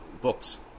books